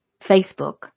Facebook